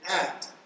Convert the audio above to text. act